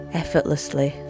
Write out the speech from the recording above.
effortlessly